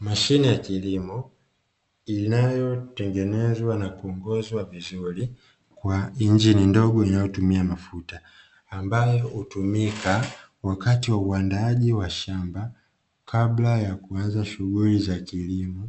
Mashine ya kilimo inayotengenezwa na kuongozwa vizuri kwa injili ndogo inayotumia ambayo hutumika wakati wa uandaaji wa shamba kabla ya kuanza shughuli za kilimo,